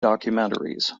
documentaries